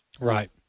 Right